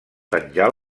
penjar